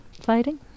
fighting